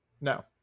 no